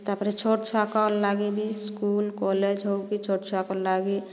ତାପରେ ଛୋଟ୍ ଛୁଆକର୍ ଲାଗି ବି ସ୍କୁଲ୍ କଲେଜ୍ ହଉ କି ଛୋଟ୍ ଛୁଆକର୍ ଲାଗି